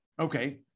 Okay